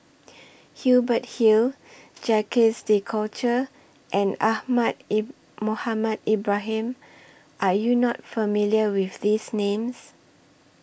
Hubert Hill Jacques De Coutre and Ahmad Mohamed Ibrahim Are YOU not familiar with These Names